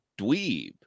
dweeb